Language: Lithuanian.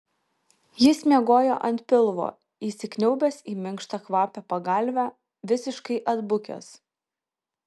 jis miegojo ant pilvo įsikniaubęs į minkštą kvapią pagalvę visiškai atbukęs